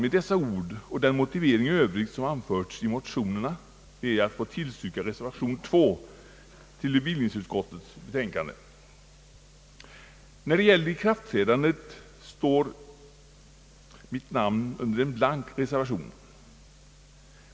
Med dessa ord och den motivering i övrigt som anförts i motionerna ber jag att få tillstyrka reservation II till bevillningsutskottets betänkande. När det gäller ikraftträdandet står mitt namn under en blank reservation.